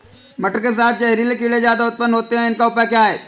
मटर के साथ जहरीले कीड़े ज्यादा उत्पन्न होते हैं इनका उपाय क्या है?